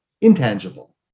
intangible